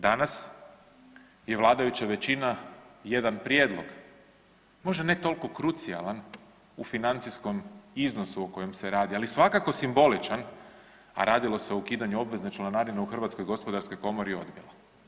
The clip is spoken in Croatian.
Danas je vladajuća većina jedan prijedlog, možda ne toliko krucijalan u financijskom iznosu o kojem se radi, ali svakako simboličan, a radilo se o ukidanju obvezne članarine u HGK, odbila.